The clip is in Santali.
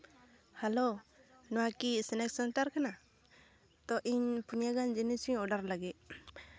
ᱦᱮᱞᱳ ᱱᱚᱣᱟᱠᱤ ᱥᱱᱮᱠᱥ ᱥᱮᱱᱴᱟᱨ ᱠᱟᱱᱟ ᱛᱳ ᱤᱧ ᱯᱳᱱᱭᱟ ᱜᱟᱱ ᱡᱤᱱᱤᱥᱤᱧ ᱚᱰᱟᱨ ᱞᱟᱹᱜᱤᱫ